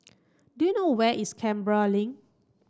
do you know where is Canberra Link